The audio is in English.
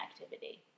activity